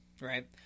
Right